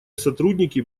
сотрудники